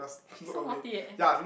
she so naughty eh